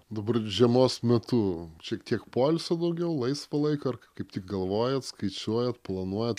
dabar žiemos metu šiek tiek poilsio daugiau laisvo laiko ar kaip tik galvojat skaičiuojat planuojat